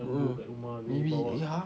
oo maybe ya